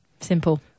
Simple